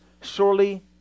surely